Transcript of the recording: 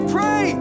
Pray